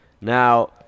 Now